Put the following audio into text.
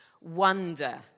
wonder